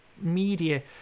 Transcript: media